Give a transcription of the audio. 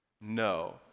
No